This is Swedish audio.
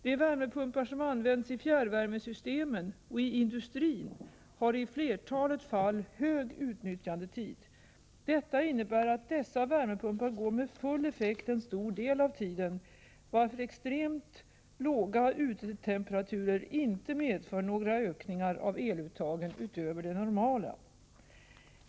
De värmepumpar som används i fjärrvärmesystemen och i industrin har i flertalet fall hög utnyttjandegrad. Detta innebär att dessa värmepumpar går med full effekt en stor del av tiden, varför extremt låga utetemperaturer inte medför några ökningar av eluttagen utöver det normala.